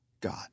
God